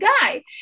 guy